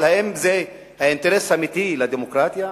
אבל האם זה האינטרס האמיתי של הדמוקרטיה?